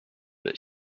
but